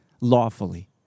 lawfully